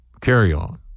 carry-on